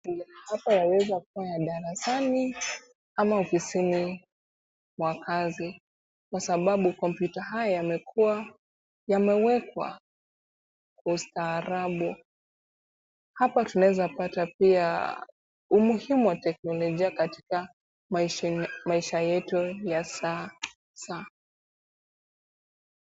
Hapa yaweza kuwa darasani ama ofisini mwa kazi, kwa sababu kompyuta haya yamekuwa, yamewekwa kwa ustaarabu, hapa tunaweza pata pia umuhimu wa teknolojia katika maisha yetu ya sasa.